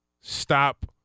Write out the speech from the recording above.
stop